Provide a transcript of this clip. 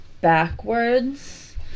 backwards